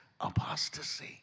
apostasy